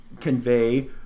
convey